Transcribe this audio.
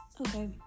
Okay